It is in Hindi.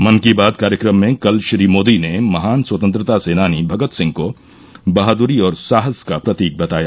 मन की बात कार्यक्रम में कल श्री मोदी ने महान स्वतंत्रता सेनानी भगत सिंह को बहादुरी और साहस का प्रतीक बताया